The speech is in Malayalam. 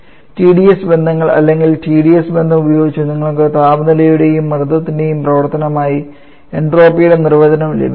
Tds ബന്ധങ്ങൾ അല്ലെങ്കിൽ Tds ബന്ധം ഉപയോഗിച്ച് നിങ്ങൾക്ക് താപനിലയുടെയും മർദ്ദത്തിന്റെയും പ്രവർത്തനമായി എൻട്രോപ്പിയുടെ നിർവചനം ലഭിക്കും